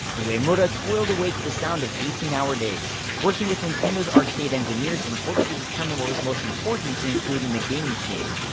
uemura toiled away to the sound of eighteen hour days, working with nintendo's arcade engineers in order to determine what was most important to include in a game machine.